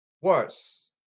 Worse